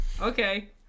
Okay